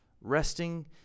Resting